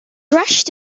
rushed